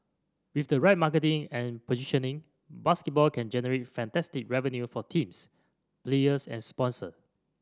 with the right marketing and positioning basketball can generate fantastic revenue for teams players and sponsor